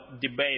debate